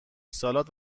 سالاد